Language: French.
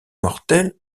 mortels